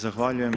Zahvaljujem.